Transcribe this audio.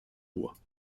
bois